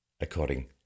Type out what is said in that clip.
according